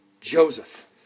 Joseph